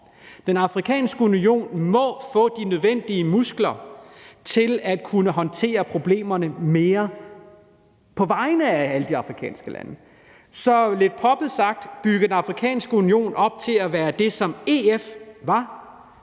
Den Afrikanske Union må få de nødvendige muskler til at kunne håndtere problemerne mere på vegne af alle de afrikanske lande. Så lidt poppet sagt: Den Afrikanske Union må bygges op til at være en slags